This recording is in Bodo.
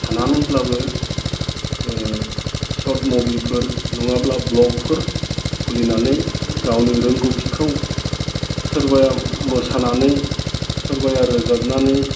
थानानैब्लाबो शर्ट मुभिफोर नङाब्ला भ्लगफोर खुलिनानै गावनि रोंगौथिखौ सोरबाया मोसानानै सोरबाया रोजाबनानै